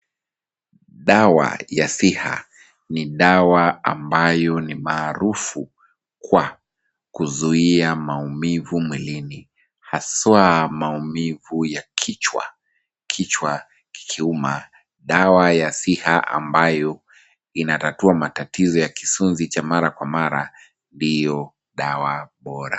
Dawa ya Siha ni dawa ambayo ni maarufu kwa kuzuia maumivu mwilini haswa maumivu ya kichwa. Kichwa kikiuma dawa ya Siha ambayo inatatua matatizo ya kisunzi cha mara kwa mara ndio dawa bora.